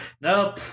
Nope